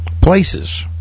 places